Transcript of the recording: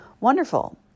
wonderful